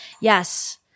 Yes